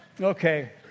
Okay